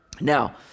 now